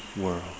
world